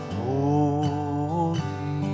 holy